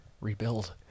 rebuild